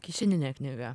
kišeninė knyga